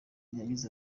yagize